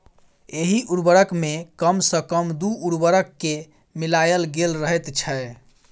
एहि उर्वरक मे कम सॅ कम दू उर्वरक के मिलायल गेल रहैत छै